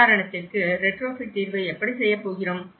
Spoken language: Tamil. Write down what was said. உதாரணத்திற்கு ரெட்ரோஃபிட் தீர்வை எப்படிச் செய்யப் போகிறோம்